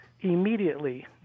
immediately